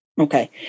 Okay